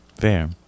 fair